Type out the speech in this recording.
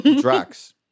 Drax